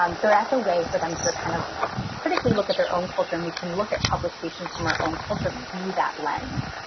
um so that's a way for them to kind of critically look at their own culture. and we can look at publications from our own culture through that lens.